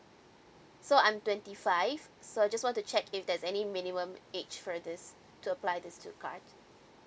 so I'm twenty five so I just want to check if there's any minimum age for this to apply these two card